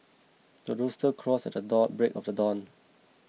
the rooster crows at the dawn break of dawn